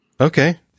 Okay